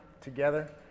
together